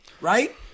right